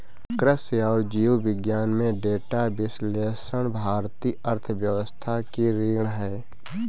कृषि और जीव विज्ञान में डेटा विश्लेषण भारतीय अर्थव्यवस्था की रीढ़ है